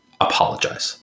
apologize